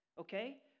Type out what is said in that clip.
okay